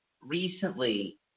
recently